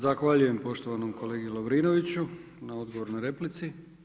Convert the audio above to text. Zahvaljujem poštovanom kolegi Lovrinoviću na odgovoru na replici.